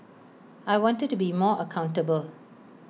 I wanted to be more accountable